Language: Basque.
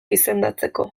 izendatzeko